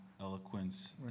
eloquence